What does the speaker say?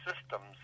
systems